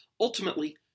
Ultimately